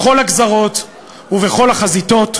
בכל הגזרות ובכל החזיתות,